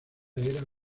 era